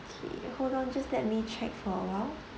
okay hold on just let me check for a while